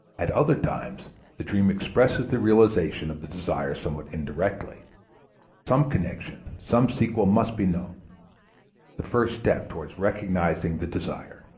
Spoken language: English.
at other times the dream expresses the realization of the desire somewhat indirectly some connection, some sequel must be known the first step towards recognizing the desire.